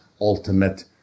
ultimate